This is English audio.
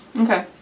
Okay